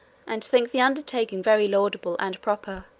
and think the undertaking very laudable and proper,